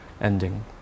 ending